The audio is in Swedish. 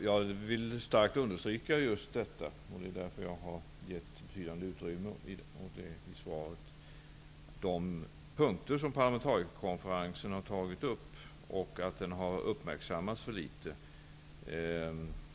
Jag vill starkt understryka just detta. Det är därför som jag i mitt svar har ägnat ett betydande utrymme åt parlamentarikerkonferensen. Det gäller då de punkter som den har tagit upp och att den har uppmärksammats för litet.